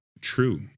true